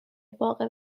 باغ